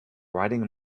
riding